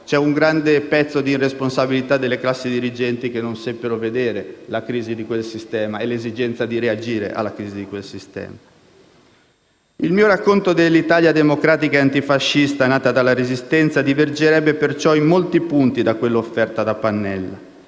c'è un grande pezzo di irresponsabilità delle classi dirigenti che non seppero vedere la crisi di quel sistema e l'esigenze di reagire a quella crisi. Il mio racconto dell'Italia democratica e antifascista, nata dalla Resistenza, divergerebbe perciò in molti punti da quello offerto da Pannella,